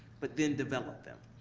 but then develop them.